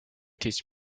teach